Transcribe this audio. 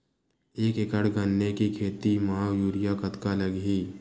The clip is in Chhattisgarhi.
एक एकड़ गन्ने के खेती म यूरिया कतका लगही?